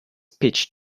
peach